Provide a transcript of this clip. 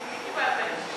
ממי קיבלת אישור?